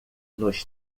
nos